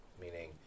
meaning